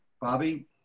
Bobby